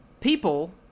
people